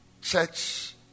church